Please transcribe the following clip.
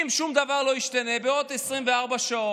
אם שום דבר לא ישתנה, בעוד 24 שעות